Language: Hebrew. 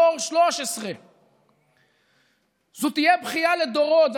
דור 13. זו תהיה בכייה לדורות.